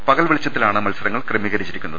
പകൽ വെളി ച്ചത്തിലാണ് മത്സരങ്ങൾ ക്രമീകരിച്ചിരിക്കുന്നത്